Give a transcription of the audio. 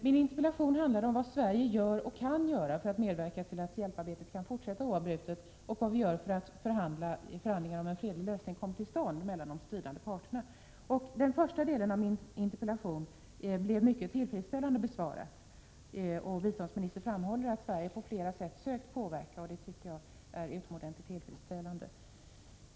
Min interpellation handlar om vad Sverige gör och kan göra för att medverka till att hjälparbetet kan fortsätta oavbrutet och vad vi gör för att förhandlingar om en fredlig lösning kommer till stånd mellan de stridande parterna. Den första delen av interpellationen blev mycket tillfredsställande besvarad. Biståndsministern framhåller att Sverige på flera sätt sökt påverka. Det tycker jag är utomordentligt bra.